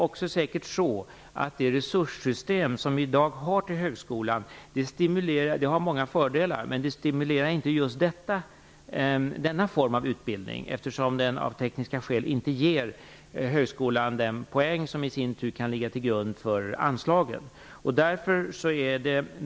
Dagens resurssystem när det gäller högskolan har förvisso många fördelar men det stimulerar inte just denna form av utbildning, eftersom den av tekniska skäl inte ger högskolan den poäng som i sin tur kan ligga till grund för anslag.